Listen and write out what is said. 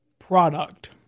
product